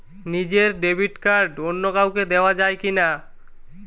নিজের debit card অন্য কাউকে দেওয়া যায় কি না?